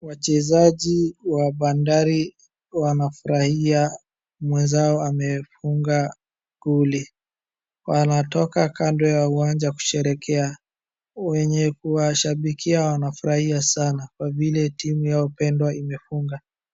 Wachezaji wa bandari wanafurahia mwenzao amefunga goli. Wanatoka kando ya uwanja kusheherekea. Wenye kkuwashabikia wanafurahia sana kwa vile timu yao pendwa imefunga.